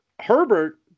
Herbert